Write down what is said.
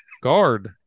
Guard